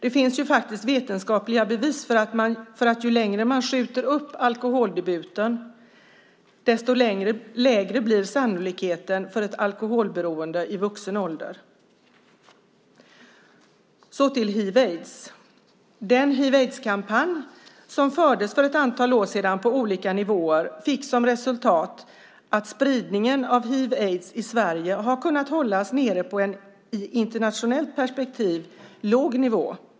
Det finns vetenskapliga bevis för att ju längre man skjuter upp alkoholdebuten, desto lägre blir sannolikheten för ett alkoholberoende i vuxen ålder. Så kommer jag till frågan om hiv aids-kampanj som fördes för ett antal år sedan på olika nivåer fick som resultat att spridningen av hiv/aids i Sverige har kunnat hållas nere på en i internationellt perspektiv låg nivå.